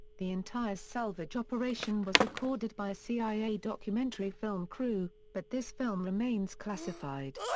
the entire salvage operation was recorded by a cia documentary film crew, but this film remains classified.